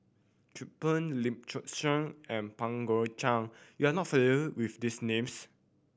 Chin Peng Lim Chin Siong and Pang Guek Cheng you are not familiar with these names